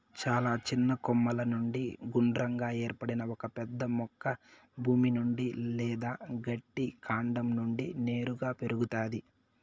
చాలా చిన్న కొమ్మల నుండి గుండ్రంగా ఏర్పడిన ఒక పెద్ద మొక్క భూమి నుండి లేదా గట్టి కాండం నుండి నేరుగా పెరుగుతాది